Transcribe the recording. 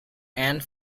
and